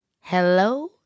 Hello